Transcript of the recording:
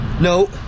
No